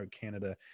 Canada